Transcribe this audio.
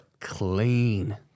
clean